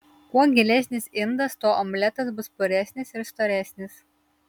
kuo gilesnis indas tuo omletas bus puresnis ir storesnis